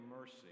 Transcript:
mercy